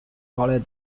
called